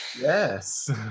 Yes